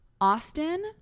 Austin